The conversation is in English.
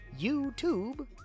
YouTube